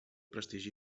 prestigi